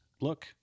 look